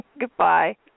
goodbye